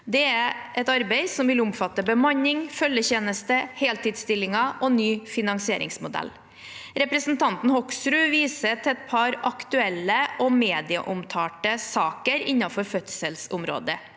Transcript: Det er et arbeid som vil omfatte bemanning, følgetjeneste, heltidsstillinger og ny finansieringsmodell. Representanten Hoksrud viser til et par aktuelle og medieomtalte saker innenfor fødselsområdet.